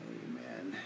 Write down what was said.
amen